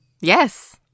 yes